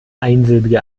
einsilbige